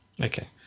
Okay